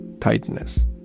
tightness